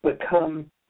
become